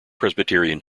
presbyterian